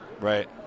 Right